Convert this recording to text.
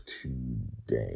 today